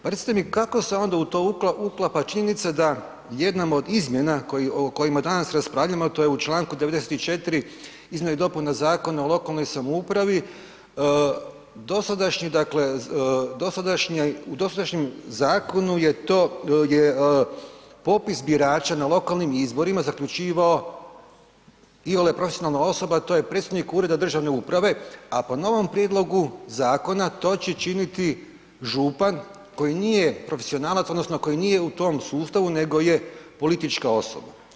Pa recite mi kako se onda u to uklapa činjenica da jednom od izmjena o kojima danas raspravljamo a to je u čl. 94. izmjene i dopune Zakona o lokalnoj samoupravi, u dosadašnjem zakonu je popis birača na lokalnim izborima zaključivao iole profesionalna osoba a to je predstojnik ureda državne uprave a po novom prijedlogu zakona to će činiti župan koji nije profesionalac odnosno koji nije u tom sustavu nego je politička osoba, hvala.